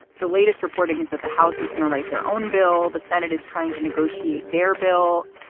the latest reporting is that the house is going to write their own bill. the senate is trying to negotiate their bill.